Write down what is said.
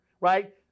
right